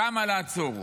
שם לעצור.